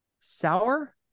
Sour